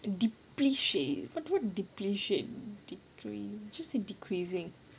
depreciate wha~ what depreciate depre~ just say decreasing